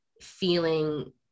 feeling